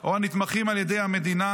או הנתמכים על ידי המדינה,